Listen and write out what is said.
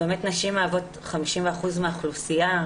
באמת נשים מהוות 50% מהאוכלוסייה,